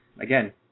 Again